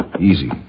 Easy